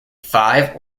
five